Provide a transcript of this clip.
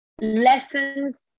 lessons